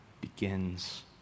begins